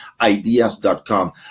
ideas.com